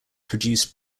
produced